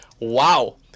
wow